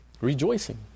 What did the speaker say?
Rejoicing